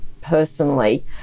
personally